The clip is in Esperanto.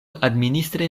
administre